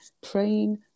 praying